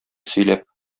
сөйләп